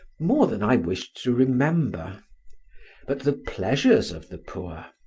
more than i wished to remember but the pleasures of the poor,